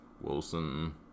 Wilson